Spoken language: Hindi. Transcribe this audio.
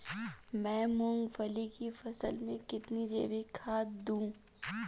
मैं मूंगफली की फसल में कितनी जैविक खाद दूं?